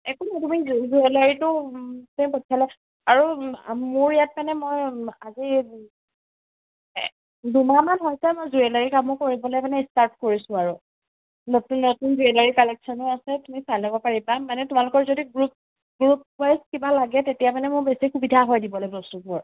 একো নহয় তুমি জুৱেলাৰীটো তুমি পঠিয়ালে আৰু মোৰ ইয়াত মানে মই আজি দুমাহ হৈছে মই জুৱেলাৰী কামো মানে কৰিবলে মানে ষ্টাৰ্ট কৰিছোঁ আৰু নতুন নতুন জুৱেলাৰী কালেকশ্যনো আছে তুমি চাই ল'ব পাৰিবা মানে তোমালোকৰ যদি গ্ৰুপ গ্ৰুপ ৱাইজ কিবা লাগে তেতিয়া মানে মোৰ বেছি সুবিধা হয় দিবলৈ বস্তুবোৰ